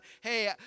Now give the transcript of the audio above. hey